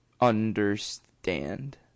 understand